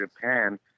Japan